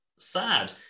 Sad